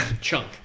chunk